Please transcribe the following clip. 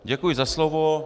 Děkuji za slovo.